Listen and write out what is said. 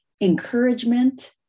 encouragement